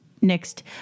next